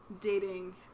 dating